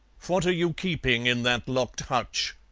what are you keeping in that locked hutch?